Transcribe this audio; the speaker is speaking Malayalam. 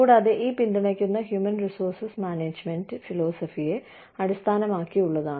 കൂടാതെ ഇത് പിന്തുണയ്ക്കുന്ന ഹ്യൂമൻ റിസോഴ്സ് മാനേജ്മെന്റ് ഫിലോസഫിയെ അടിസ്ഥാനമാക്കിയുള്ളതാണ്